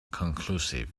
conclusive